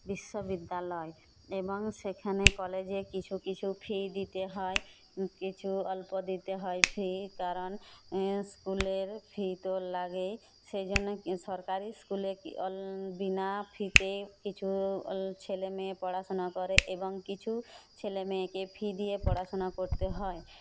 বিশ্ববিদ্যালয় এবং সেখানে কলেজে কিছু কিছু ফি দিতে হয় কিছু অল্প দিতে হয় ফি কারণ স্কুলের ফি তো লাগেই সেই জন্য সরকারি স্কুলে কি অল বিনা ফিতে কিছু ছেলেমেয়ে পড়াশোনা করে এবং কিছু ছেলেমেয়েকে ফি দিয়ে পড়াশোনা করতে হয়